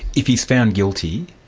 if he's found guilty,